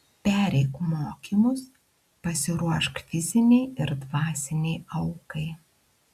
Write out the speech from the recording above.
pereik mokymus pasiruošk fizinei ir dvasinei aukai